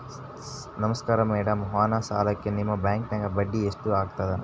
ನಮಸ್ಕಾರ ಮೇಡಂ ವಾಹನ ಸಾಲಕ್ಕೆ ನಿಮ್ಮ ಬ್ಯಾಂಕಿನ್ಯಾಗ ಬಡ್ಡಿ ಎಷ್ಟು ಆಗ್ತದ?